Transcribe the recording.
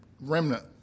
remnant